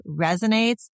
resonates